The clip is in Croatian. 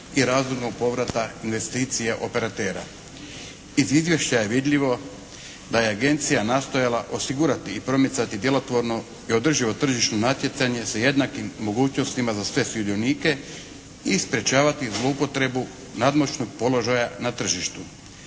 Iz izvješća je vidljivo da je agencija nastojala osigurati i promicati djelotvorno i održivo tržišno natjecanje sa jednakim mogućnostima za sve sudionike i sprječavati zloupotrebu nadmoćnog položaja na tržištu.